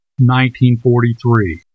1943